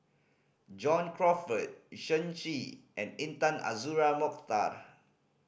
John Crawfurd Shen Xi and Intan Azura Mokhtar